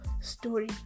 story